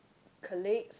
colleagues